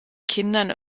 kindern